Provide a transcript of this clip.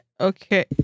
okay